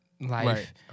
life